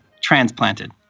transplanted